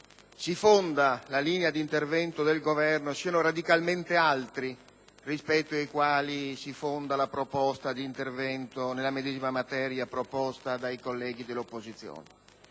si fonda la linea d'intervento del Governo siano radicalmente altri rispetto a quelli su cui si fonda la proposta di intervento nella medesima materia dei colleghi dell'opposizione.